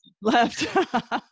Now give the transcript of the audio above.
left